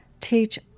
teach